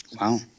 wow